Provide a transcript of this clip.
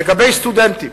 לגבי סטודנטים,